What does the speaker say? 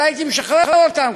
אולי הייתי משחרר אותם,